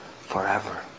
forever